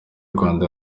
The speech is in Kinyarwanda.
rwanda